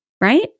right